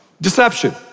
Deception